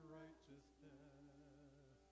righteousness